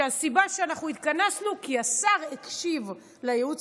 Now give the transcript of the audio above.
שהסיבה שאנחנו התכנסנו היא כי השר הקשיב לייעוץ